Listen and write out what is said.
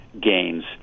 gains